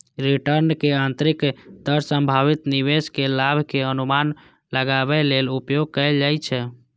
रिटर्नक आंतरिक दर संभावित निवेश के लाभ के अनुमान लगाबै लेल उपयोग कैल जाइ छै